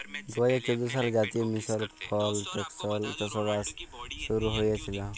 দু হাজার চোদ্দ সালে জাতীয় মিশল ফর টেকসই চাষবাস শুরু হঁইয়েছিল